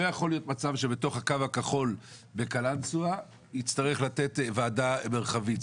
לא יכול להיות מצב שבתוך הקו הכחול בקלנסואה יצטרך לתת ועדה מרחבית.